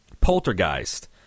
Poltergeist